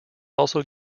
also